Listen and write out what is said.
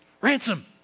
Ransom